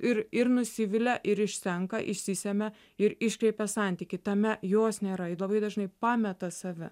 ir ir nusivilia ir išsenka išsisemia ir iškreipia santykį tame jos nėra ji labai dažnai pameta save